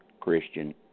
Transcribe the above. Christian